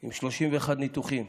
עם 31 ניתוחים.